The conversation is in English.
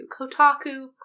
Kotaku